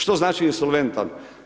Što znači insolventan?